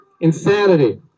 Insanity